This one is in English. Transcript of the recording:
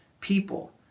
people